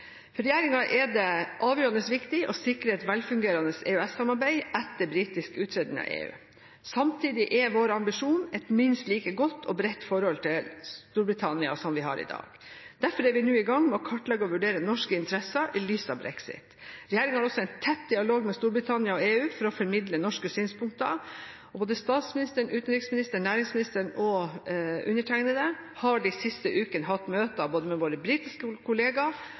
For regjeringen er det avgjørende viktig å sikre et velfungerende EØS-samarbeid etter britisk uttreden av EU. Samtidig er vår ambisjon et minst like godt og bredt forhold til Storbritannia som det vi har i dag. Derfor er vi nå i gang med å kartlegge og vurdere norske interesser i lys av brexit. Regjeringen har også en tett dialog med Storbritannia og EU for å formidle norske synspunkter. Både statsministeren, utenriksministeren, næringsministeren og undertegnede har de siste ukene hatt møter med både våre britiske